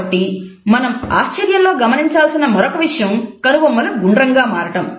కాబట్టి మనం ఆశ్చర్యంలో గమనించాల్సిన మరొక విషయం కనుబొమ్మలు గుండ్రంగా మారటం